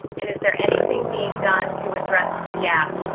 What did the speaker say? and is there anything being done to address the gap?